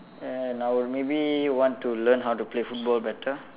and I'll maybe want to learn how to play football better